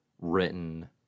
written